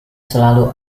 selalu